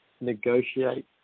negotiate